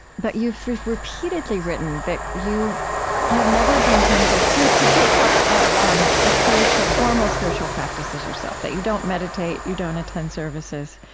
but you've repeatedly written that you have never been tempted to to take up um ah formal spiritual practices yourself, that you don't meditate, you don't attend services.